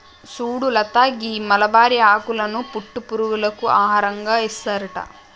సుడు లత గీ మలబరి ఆకులను పట్టు పురుగులకు ఆహారంగా ఏస్తారట